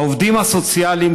העובדים הסוציאליים,